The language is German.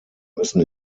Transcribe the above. müssen